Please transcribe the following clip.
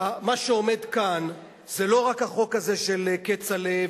מה שעומד כאן זה לא רק החוק הזה של כצל'ה,